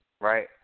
right